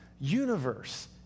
universe